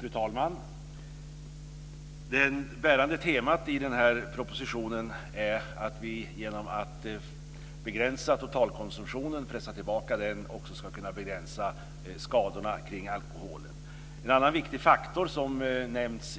Fru talman! Det bärande temat i den här propositionen är att vi genom att begränsa totalkonsumtionen och pressa tillbaka den också ska kunna begränsa skadorna kring alkoholen. En annan viktig faktor som nämns